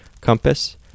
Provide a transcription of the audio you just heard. Compass